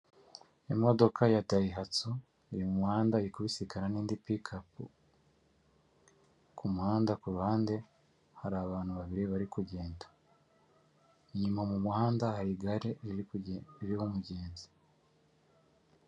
Imodoka ya dayihatsu iri mu muhanda iri kubisikana n'indi pikapu, ku muhanda ku ruhande hari abantu babiri bari kugenda. Inyuma mu muhanda hari igare riri kugenda ririho umgenzi.